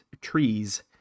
trees